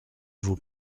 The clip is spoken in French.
vous